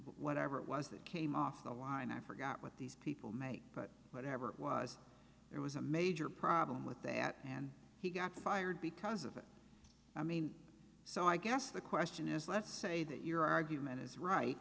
whatever it was that came off the line i forgot what these people made but whatever it was it was a major problem with that and he got fired because of it i mean so i guess the question is let's say that your argument is right